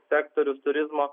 sektorius turizmo